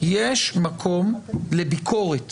בוודאי יש מקום לביקורת